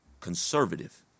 conservative